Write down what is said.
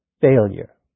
failure